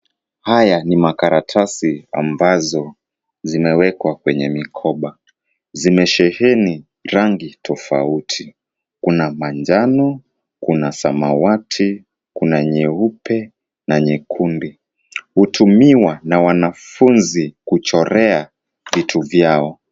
Haya ni makaratasi ambazo zimewekwa kwenye mikoba, zimesheheni rangi tofauti. Kuna manjano, kuna samawati, kuna nyeupe na nyekundu. Hutumiwa na wanafuzi kuchorea vitu vyao.